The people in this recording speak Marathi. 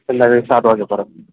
संध्याकाळी सात वाजे पर्यंत